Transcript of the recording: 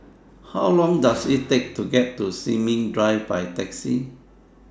How Long Does IT Take to get to Sin Ming Drive By Taxi